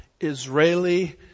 Israeli